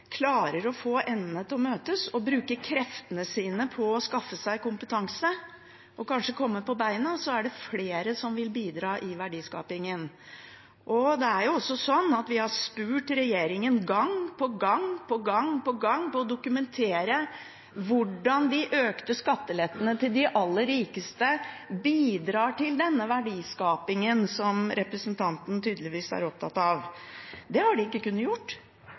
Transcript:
klarer å få endene til å møtes, bruker kreftene sine på å skaffe seg kompetanse og kanskje komme på beina, er det flere som vil bidra i verdiskapingen. Vi har spurt regjeringen gang på gang om å dokumentere hvordan de økte skattelettene til de aller rikeste bidrar til den verdiskapingen som representanten tydeligvis er opptatt av. Det har de ikke kunnet